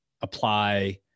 apply